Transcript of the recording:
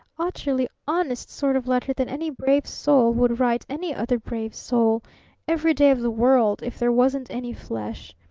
utterly honest sort of letter that any brave soul would write any other brave soul every day of the world if there wasn't any flesh.